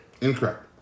Incorrect